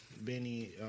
Benny